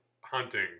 hunting